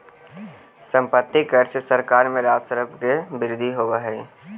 सम्पत्ति कर से सरकार के राजस्व में वृद्धि होवऽ हई